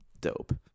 dope